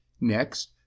Next